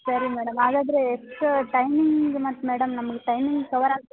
ಸರಿ ಮೇಡಮ್ ಹಾಗಾದ್ರೆ ಎಷ್ಟು ಟೈಮಿಂಗ್ ಮತ್ತು ಮೇಡಮ್ ನಮಗೆ ಟೈಮಿಂಗ್ ಕವರ್ ಆಗ್ಬೇಕು